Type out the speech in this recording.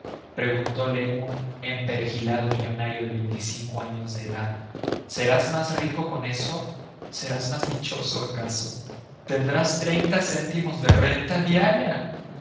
preguntole un emperejilado millonario de veinticinco años de edad serás más rico con eso serás más dichoso acaso tendrás treinta céntimos de renta diaria